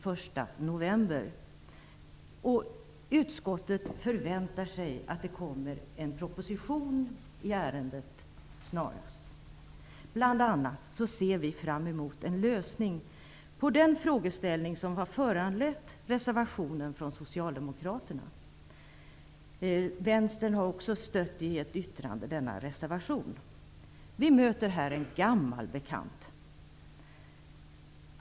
Utskottet förväntar sig att en proposition i ärendet kommer snarast. Bl.a ser vi fram emot en lösning på den frågeställning som föranlett en reservation från Socialdemokraterna. Vänstern stöder också denna reservation i en meningsyttring. Vi möter här en gammal bekant.